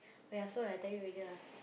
oh ya so I tell you already lah